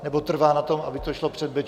Nebo trvá na tom, aby to šlo před Bečvu?